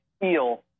feel